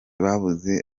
babuze